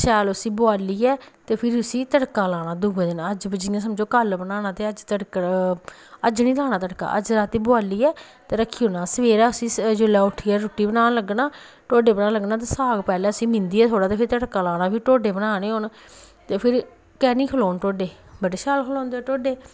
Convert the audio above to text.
शैल उसी बोआलियै ते फिर उसी तड़का लाना दुऐ दिन जि'यां समझो कल बनाना ते अज अज निं लाना तड़का अज्ज रातीं बोआलियै ते रक्खी ओड़ना सवेरै जिसलै उट्ठियै रुट्टी बनान लगना ढोड्डे बनान लगना ते साग पैह्लें उसी मिंदी थोह्ड़ा ते फिर तड़का लाना फिर ढोडे बनाने होन ते फिर कैंह् नी खलोन ढोडे बड़े शैल खलोंदे ढोडे